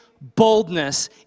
boldness